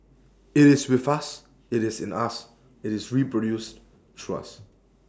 IT is with us IT is in us IT is reproduced through us